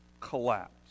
collapsed